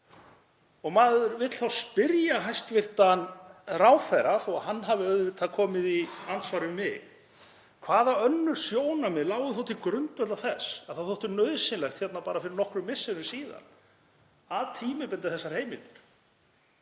Maður vill þá spyrja hæstv. ráðherra, þótt hann hafi auðvitað komið í andsvar við mig: Hvaða önnur sjónarmið lágu þá til grundvallar þess að það þótti nauðsynlegt, bara fyrir nokkrum misserum síðan, að tímabinda þessar heimildir?